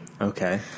Okay